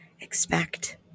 expect